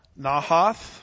Nahath